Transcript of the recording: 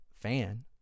fan